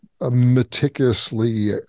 meticulously